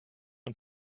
und